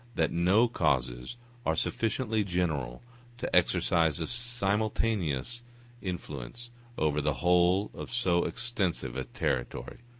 that no causes are sufficiently general to exercise a simultaneous influence over the whole of so extensive a territory.